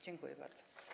Dziękuję bardzo.